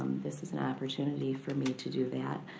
this is an opportunity for me to do that.